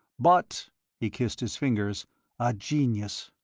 but he kissed his fingers a genius.